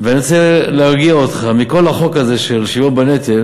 ואני רוצה להרגיע אותך: מכל החוק הזה של השוויון בנטל